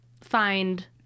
find